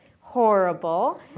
horrible